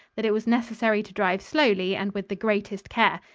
that it was necessary to drive slowly and with the greatest care.